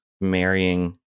marrying